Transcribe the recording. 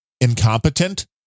incompetent